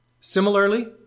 similarly